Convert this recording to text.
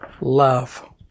love